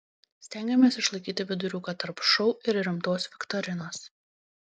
stengėmės išlaikyti viduriuką tarp šou ir rimtos viktorinos